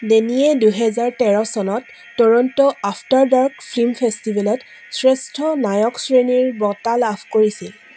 নেনীয়ে দুহেজাৰ তেৰ চনত ট'ৰণ্টো আফ্টাৰ ডাৰ্ক ফিল্ম ফেষ্টিভেলত শ্ৰেষ্ঠ নায়ক শ্ৰেণীৰ বঁটা লাভ কৰিছিল